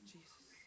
Jesus